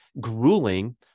grueling